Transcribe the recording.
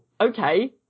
Okay